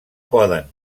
poden